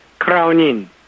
Crownin